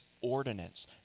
ordinance